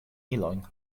ilojn